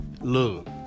look